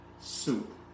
soup